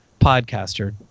podcaster